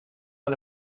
con